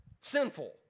sinful